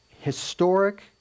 historic